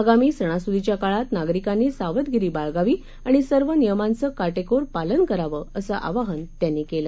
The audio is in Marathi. आगामी सणासुदीच्या काळात नागरिकांनी सावधगिरी बाळगावी आणि सर्व नियमांचं काटेकोर पालन करावं असं आवाहन त्यांनी केलं